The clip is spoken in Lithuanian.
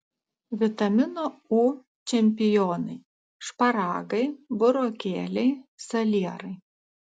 vitamino u čempionai šparagai burokėliai salierai